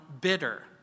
bitter